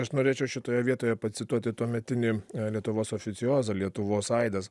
aš norėčiau šitoje vietoje pacituoti tuometinį lietuvos oficiozą lietuvos aidas